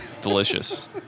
Delicious